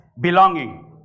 belonging